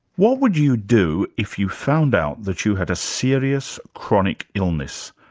what would you do if you found out that you had a serious, chronic illness?